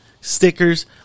stickers